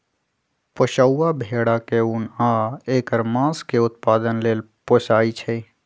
पोशौआ भेड़ा के उन आ ऐकर मास के उत्पादन लेल पोशइ छइ